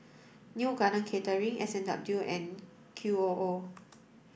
Neo Garden Catering S and W and Q O O